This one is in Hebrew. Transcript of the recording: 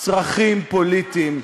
צרכים פוליטיים.